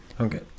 Okay